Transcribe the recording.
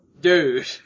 Dude